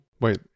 wait